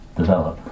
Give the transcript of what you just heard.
develop